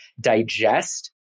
digest